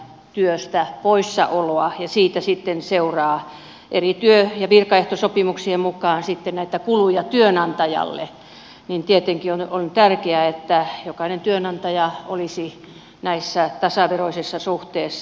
työstä suhteen mitä kuluja työnantajalle seuraa eri työ ja virkaehtosopimuksien mukaan vanhemmuudesta lapsen hoitamisesta kotona ja siitä että jääminen kotiin lapsia hoitamaan edellyttää työstä poissaoloa tasaveroisissa suhteissa